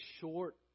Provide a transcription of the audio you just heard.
short